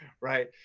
Right